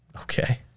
Okay